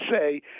say